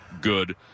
good